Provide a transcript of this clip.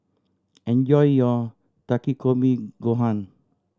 enjoy your Takikomi Gohan